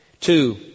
Two